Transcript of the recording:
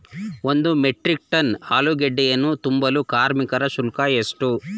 ಒಂದು metric tonne ಆಲೂಗೆಡ್ಡೆಯನ್ನು ತುಂಬಲು ಕಾರ್ಮಿಕರ ಶುಲ್ಕ ಎಷ್ಟು?